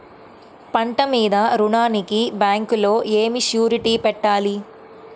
పంట మీద రుణానికి బ్యాంకులో ఏమి షూరిటీ పెట్టాలి?